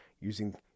using